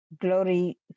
Glory